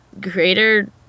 greater